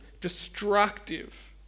destructive